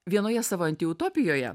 vienoje savo antiutopijoje